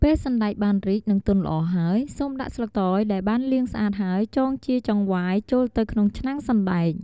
ពេលសណ្ដែកបានរីក និងទន់ល្អហើយ សូមដាក់ ស្លឹកតើយ ដែលបានលាងស្អាតហើយចងជាចង្វាយចូលទៅក្នុងឆ្នាំងសណ្ដែក។